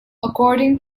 according